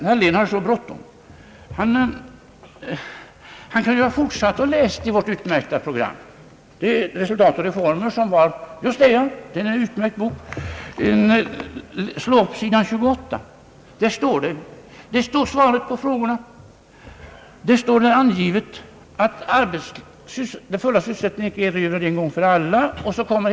Herr Dahlén har så bråttom — han kunde annars ha fortsatt att läsa i vårt utmärkta program. Det är en utmärkt bok! SIå upp sidan 28, herr Dahlén. Där står svaret på frågorna. Där står angivet vad den fulla sysselsättningen kräver.